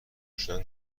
شدن